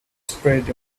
spread